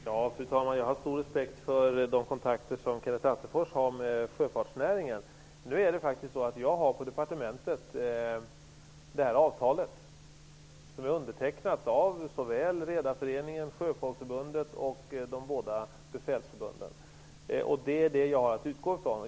Fru talman! Jag har stor respekt för de kontakter som Kenneth Attefors har med sjöfartsnäringen. Jag har det här avtalet på departementet. Det är undertecknat av såväl Redareföreningen, Det är detta som jag har att utgå ifrån. Riksdagen har fattat ett beslut.